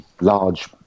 large